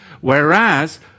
Whereas